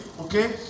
Okay